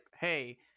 hey